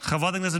חרם חברתי בבתי